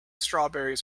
strawberries